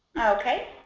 Okay